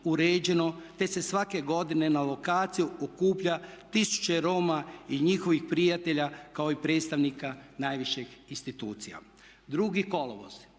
uređeno te se svake godine na lokaciju okuplja tisuće Roma i njihovih prijatelja kao i predstavnika najviših institucija. 2. kolovoz